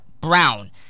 Brown